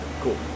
Cool